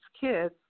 kids